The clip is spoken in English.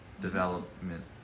Development